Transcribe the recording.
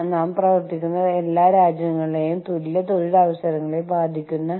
അതിനാൽ നമ്മൾ സംസ്കാരങ്ങളുടെ ഏകീകൃതവൽക്കരണത്തെ കുറിച്ചാണ് സംസാരിക്കുന്നത്